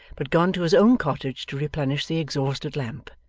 but gone to his own cottage to replenish the exhausted lamp,